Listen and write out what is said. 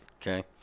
Okay